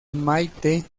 maite